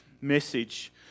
message